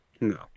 No